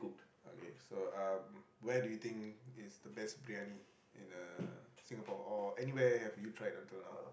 okay so um where do you think is the best Briyani in uh Singapore or anywhere have you tried until now